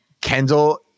Kendall